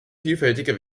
vielfältige